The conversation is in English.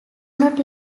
not